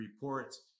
reports